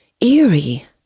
eerie